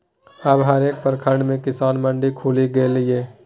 अब हरेक प्रखंड मे किसान मंडी खुलि गेलै ये